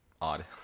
odd